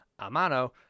Amano